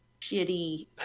shitty